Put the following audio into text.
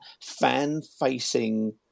fan-facing